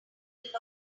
let